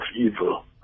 evil